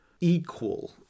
equal